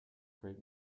great